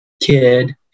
kid